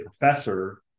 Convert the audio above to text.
professor